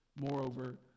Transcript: Moreover